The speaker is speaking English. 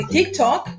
TikTok